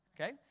Okay